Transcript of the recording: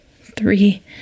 three